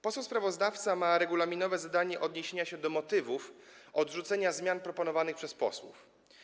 Poseł sprawozdawca ma regulaminowe zadanie odniesienia się do motywów odrzucenia zmian proponowanych przez posłów.